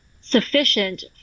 sufficient